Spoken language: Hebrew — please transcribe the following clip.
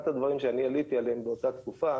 אחד הדברים שאני עליתי עליהם באותה תקופה,